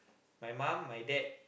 my mum my dad